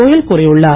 கோயல் கூறியுள்ளார்